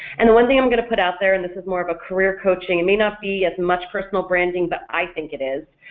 and the one thing i'm going to put out there, and this is more of a career coach, it and may not be as much personal branding but i think it is,